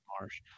marsh